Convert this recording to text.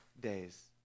days